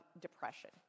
depression